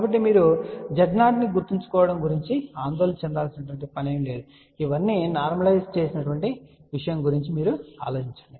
కాబట్టి మీరు ఈ Z0 ని గుర్తుంచుకోవడం గురించి ఆందోళన చెందాల్సిన అవసరం లేదు లేదా ఇవన్నీ సాధారణీకరించిన విషయం గురించి మీరు ఆలోచించండి